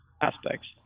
aspects